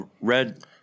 Red